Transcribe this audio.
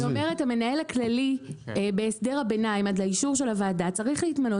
המנכ"ל בהסדר הביניים עד אישור הוועדה צריך להתמנות